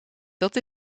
dat